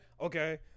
okay